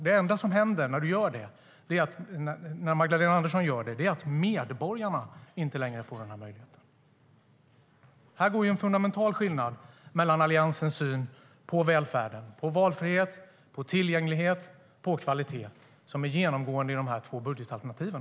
Det enda som händer när Magdalena Andersson gör det är att medborgarna inte längre får denna möjlighet. Det går en fundamental skiljelinje mellan Alliansens och er syn på välfärd, valfrihet, tillgänglighet och kvalitet som är genomgående i de två budgetalternativen.